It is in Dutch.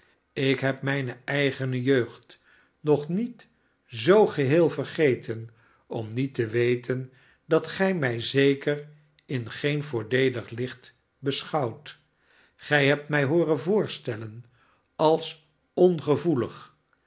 ik heb mijne eigene jeugd nog niet zoo geheel vergeten om niet te weten dat gij mij zeker in geen voordeelig licht beschouwt gij hebt mij hooren voorsteljen als